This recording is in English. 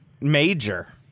Major